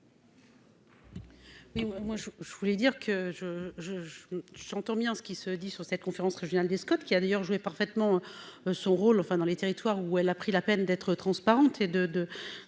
je voulais dire que je je je j'entends bien ce qui se dit sur cette conférence régionale des Scott qui a d'ailleurs joué parfaitement son rôle, enfin dans les territoires où elle a pris la peine d'être transparente et de,